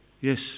Yes